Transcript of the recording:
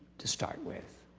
to start with